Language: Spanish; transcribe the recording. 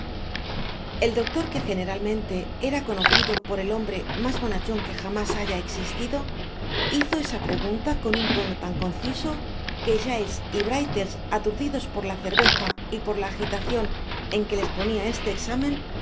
el doctor que generalmente era conocido por el hombre mas bonachón que jamás haya existido hizo esa pregunta con un tono tan conciso que giles y brittles aturdidos por la cerveza y por la agitacion eu que les ponia este examen